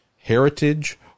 heritage